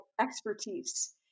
expertise